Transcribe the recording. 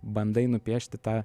bandai nupiešti tą